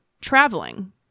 traveling